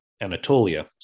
Anatolia